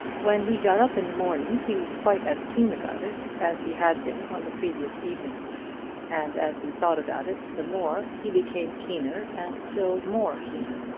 when he got up in the morning he was quite as keen about it as he had been on the previous evening and as he thought about it the more, he became keener and still more keen.